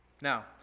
Now